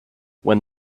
when